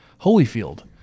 Holyfield